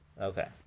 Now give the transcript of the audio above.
Okay